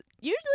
usually